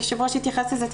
היו"ר התייחס לזה.